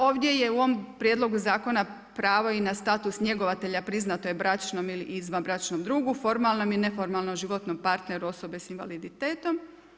Ovdje je u ovom prijedlogu zakona pravo i na status njegovatelja priznato je bračnom ili izvanbračnom drugu, formalnom i neformalnom partneru osobe sa invaliditetom.